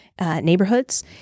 neighborhoods